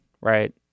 Right